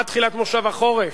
עד תחילת כנס החורף.